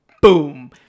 Boom